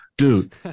Dude